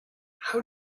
how